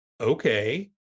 okay